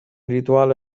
rituale